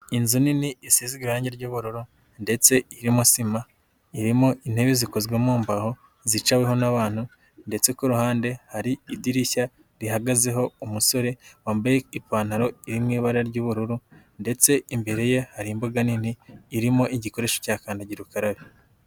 Inzu nini isize irangi ry'ubururu ndetse irimo sima, irimo intebe zikozwe mu mbaho zicaweho n'abantu ndetse ku ruhande hari idirishya rihagazeho umusore wambaye ipantaro iri mu ibara ry'ubururu ndetse imbere ye hari imbuga nini irimo igikoresho cya kandagira ukarabe.